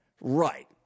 Right